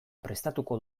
prestatuko